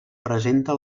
presenta